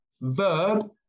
verb